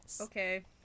Okay